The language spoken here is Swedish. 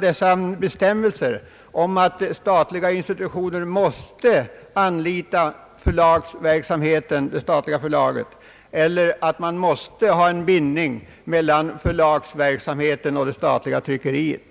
dessa bestämmelser om att statliga institutioner måste anlita det statliga förlaget eller att man måste ha en bindning mellan förlagsverksamheten och det statliga tryckeriet.